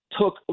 Took